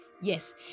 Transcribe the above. yes